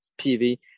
PV